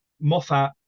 Moffat